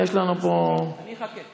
יש לנו פה, אני אחכה.